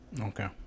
Okay